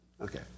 Okay